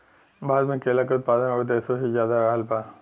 भारत मे केला के उत्पादन और देशो से ज्यादा रहल बा